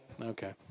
Okay